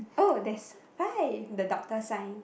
oh that's fine the doctor sign